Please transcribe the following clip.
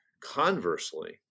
Conversely